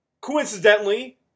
coincidentally